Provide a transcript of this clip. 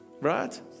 right